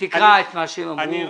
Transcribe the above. רונן, תקרא את מה שהם אמרו.